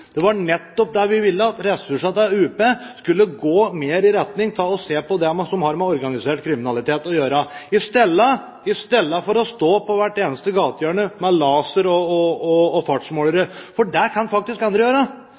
Det var nettopp det vi ville, at ressursene til UP skulle gå mer i retning av det som har med organisert kriminalitet å gjøre i stedet for at UP skal stå på hvert eneste gatehjørne med laser og fartsmålere. Det kan faktisk andre gjøre.